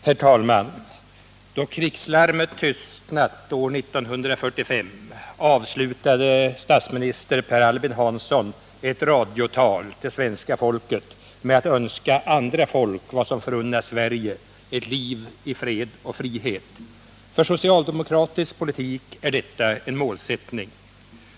Herr talman! Då krigslarmet tystnat år 1945 avslutade statsminister Per Albin Hansson ett radiotal med att önska andra folk vad som förunnats Sverige, ”ett liv i fred och frihet”. För socialdemokratisk politik är detta en målsättning.